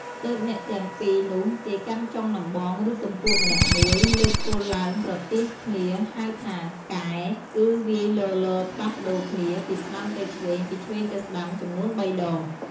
ទើបអ្នកទាំង ២នោះគេកាន់ចុងដំបង ឬទំពក់ម្នាក់មួយ លើកគល់ឡើងប្រទាសគ្នាហៅថា កែ គឺវាយលៗផ្លាស់ប្តូរគ្នា ពីស្តាំទៅឆ្វេង ពីឆ្វេងទៅស្តាំ ចំនួន ៣ ដង។